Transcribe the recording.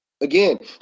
Again